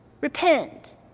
Repent